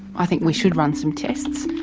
i think we should run some tests,